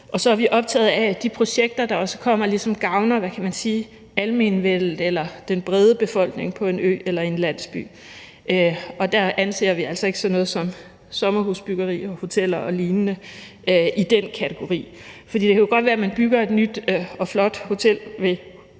gavner, hvad kan man sige, almenvellet eller den brede befolkning på en ø eller i en landsby. Og der anser vi altså ikke sådan noget som sommerhusbyggeri og hoteller og lignende for at være i den kategori. For det kan godt være, at det, at man bygger et nyt og flot hotel ved